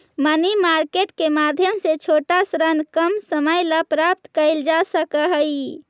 money market के माध्यम से छोटा ऋण कम समय ला प्राप्त कैल जा सकऽ हई